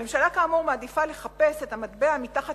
הממשלה כאמור מעדיפה לחפש את המטבע מתחת